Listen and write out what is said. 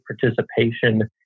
participation